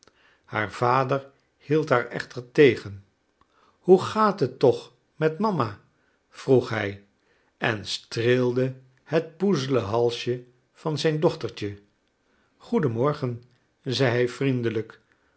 haar vader hield haar echter tegen hoe gaat het toch met mama vroeg hij en streelde het poezele halsje van zijn dochtertje goeden morgen zei hij vriendelijk